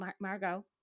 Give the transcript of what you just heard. margot